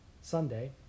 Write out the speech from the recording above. Sunday